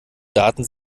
daten